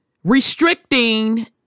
restricting